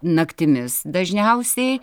naktimis dažniausiai